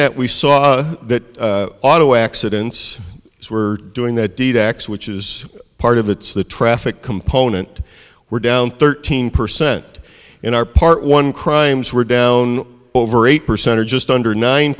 that we saw that auto accidents were doing that d d x which is part of it's the traffic component were down thirteen percent in our part one crimes were down over eight percent or just under nine